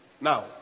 Now